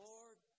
Lord